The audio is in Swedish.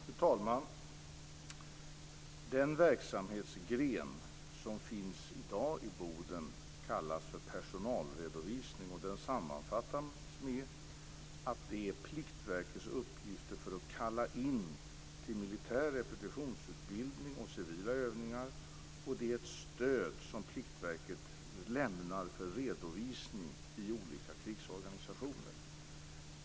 Fru talman! Den verksamhetsgren som i dag finns i Boden kallas Personalredovisning, och den sammanfattas med att det handlar om Pliktverkets uppgifter för att kalla in till militär repetitionsutbildning och civila övningar, och det är ett stöd som Pliktverket lämnar för redovisning i olika krigsorganisationer.